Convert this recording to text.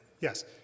Yes